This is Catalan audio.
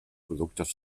productes